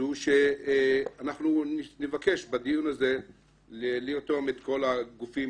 אנחנו נבקש בדיון הזה לרתום את כל הגופים,